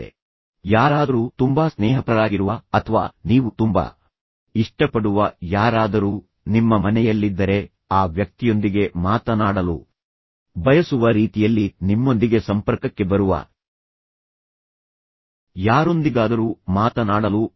ಆದ್ದರಿಂದ ಯಾರಾದರೂ ತುಂಬಾ ಸ್ನೇಹಪರರಾಗಿರುವ ಅಥವಾ ನೀವು ತುಂಬಾ ಇಷ್ಟಪಡುವ ಯಾರಾದರೂ ನಿಮ್ಮ ಮನೆಯಲ್ಲಿದ್ದರೆ ಮತ್ತು ನಂತರ ನೀವು ಆ ವ್ಯಕ್ತಿಯೊಂದಿಗೆ ಮಾತನಾಡಲು ಬಯಸುವ ರೀತಿಯಲ್ಲಿ ನಿಮ್ಮೊಂದಿಗೆ ಸಂಪರ್ಕಕ್ಕೆ ಬರುವ ಯಾರೊಂದಿಗಾದರೂ ಮಾತನಾಡಲು ಪ್ರಯತ್ನಿಸಬೇಕು